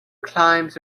climbs